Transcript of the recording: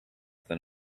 than